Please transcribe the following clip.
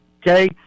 Okay